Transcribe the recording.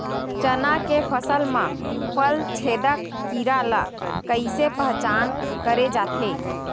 चना के फसल म फल छेदक कीरा ल कइसे पहचान करे जाथे?